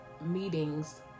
meetings